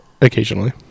occasionally